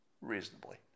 Reasonably